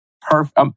Perfect